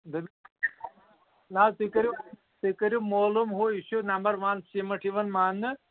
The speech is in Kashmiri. بِل نہ حظ تُہۍ کٔرِو تُہۍ کٔرِو مولوٗم ہُہ یہِ چھُ نمبر وَن سیٖمَٹ یِوان ماننہٕ